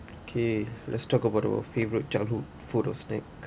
okay let's talk about our favorite childhood food or snack